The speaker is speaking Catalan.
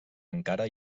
encara